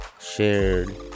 shared